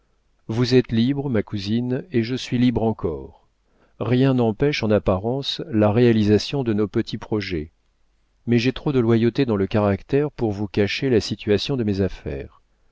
vous êtes libre ma cousine et je suis libre encore rien n'empêche en apparence la réalisation de nos petits projets mais j'ai trop de loyauté dans le caractère pour vous cacher la situation de mes affaires